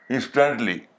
Instantly